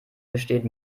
besteht